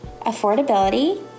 affordability